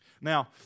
now